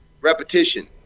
repetition